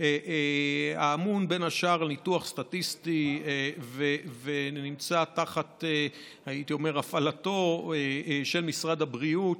האמון בין השאר על ניתוח סטטיסטי ונמצא תחת הפעלתו של משרד הבריאות,